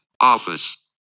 office